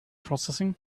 processing